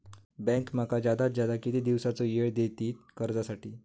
Bank माका जादात जादा किती दिवसाचो येळ देयीत कर्जासाठी?